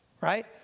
right